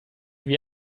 wie